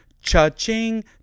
cha-ching